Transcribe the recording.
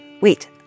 Wait